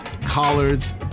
collards